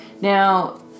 Now